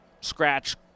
scratch